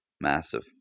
massive